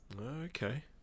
okay